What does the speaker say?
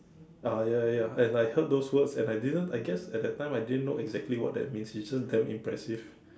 ah ya ya ya and I heard those words and I didn't I guess at that time I didn't know exactly what that means it's just damn impressive